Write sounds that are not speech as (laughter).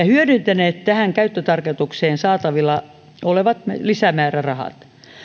(unintelligible) hyödyntäneet tähän käyttötarkoitukseen saatavilla olevat lisämäärärahat